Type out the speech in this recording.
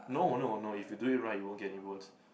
no no no if you do it right you won't get any bones